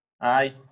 Aye